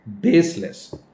baseless